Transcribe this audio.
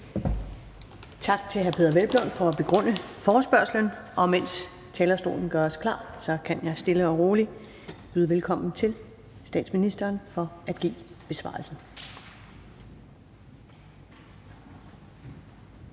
Tak til hr. Peder Hvelplund for at begrunde forespørgslen. Mens talerstolen gøres klar, kan jeg stille og roligt byde velkommen til statsministeren for at give besvarelsen.